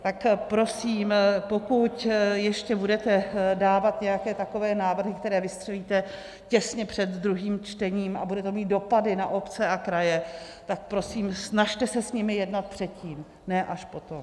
Tak prosím, pokud ještě budete dávat nějaké takové návrhy, které vystřelíte těsně před druhým čtením, a bude to mít dopady na obce a kraje, tak se prosím snažte s nimi jednat předtím, ne až potom.